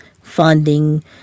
funding